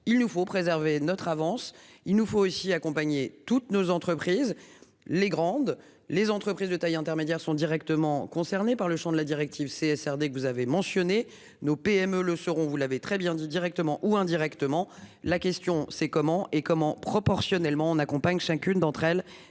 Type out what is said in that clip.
Il nous faut préserver notre avance. Il nous faut aussi accompagner toutes nos entreprises. Les grandes, les entreprises de taille intermédiaire sont directement concernés par le Champ de la directive CSR dès que vous avez mentionnées nos PME le seront, vous l'avez très bien dit directement ou indirectement, la question c'est comment et comment proportionnellement on accompagne, chacune d'entre elles.